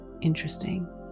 interesting